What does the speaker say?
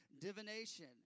divination